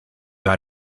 got